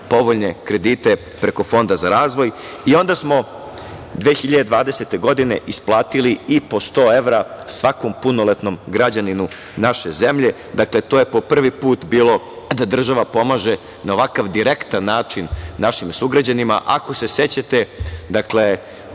povoljne kredite preko Fonda za razvoj i onda smo 2020. godine isplatili i po 100 evra svakom punoletnom građaninu naše zemlje. Dakle, to je prvi put bilo da država pomaže na ovakav direktan način našim sugrađanima. Ako se sećate, preko